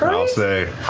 i'll say,